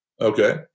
Okay